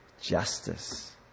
justice